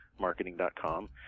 marketing.com